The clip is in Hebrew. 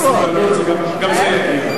גם זה יגיע.